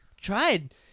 tried